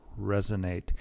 resonate